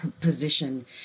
position